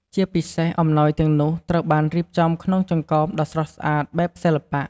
ជាពិសេស អំណោយទាំងនោះត្រូវបានរៀបចំក្នុងចង្កោមដ៏ស្រស់ស្អាតបែបសិល្បៈ។